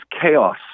chaos